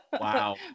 Wow